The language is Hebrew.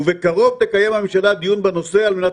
ובקרוב תקיים הממשלה דיון בנושא על מנת